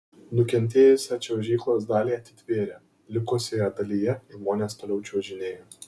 nukentėjusią čiuožyklos dalį atitvėrė likusioje dalyje žmonės toliau čiuožinėjo